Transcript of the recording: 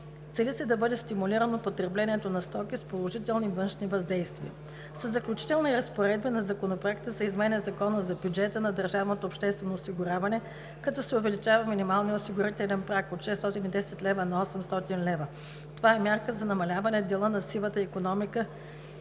Цели се да бъде стимулирано потреблението на стоки с положителни външни въздействия. Със Заключителните разпоредби на Законопроекта се изменя Закона за бюджета на държаното обществено осигуряване, като се увеличава минималният осигурителен праг от 610 лв. на 800 лв. Това е мярка за намаляване дела на сивата икономика